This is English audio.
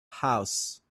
house